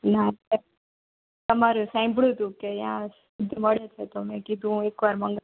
ના આપડે તમારું સાયમ્ભળુતું કે ત્યાં શુદ્ધ મળે છે તો મેં કીધું હું એક વાર મંગાઈ